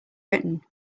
written